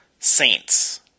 Saints